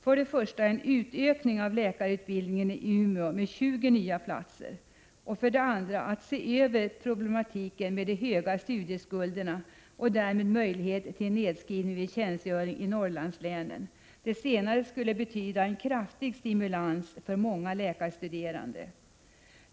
För det första måste det bli en utökning av läkarutbildningen i Umeå med 20 nya platser. För det andra måste man se över problematiken med de höga studieskulderna och därmed ge möjlighet till nedskrivning vid tjänstgöring i Norrlandslänen. Det senare skulle betyda en kraftig stimulans för många läkarstuderande.